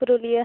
Purulia